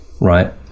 right